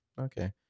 okay